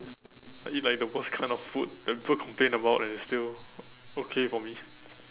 I eat like the worst kind of food that people complain about and it's still okay for me